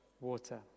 water